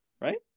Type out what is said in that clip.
right